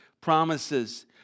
promises